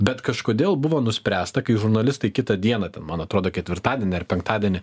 bet kažkodėl buvo nuspręsta kai žurnalistai kitą dieną ten man atrodo ketvirtadienį ar penktadienį